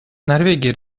норвегия